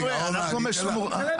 אורנה אני אתן לך.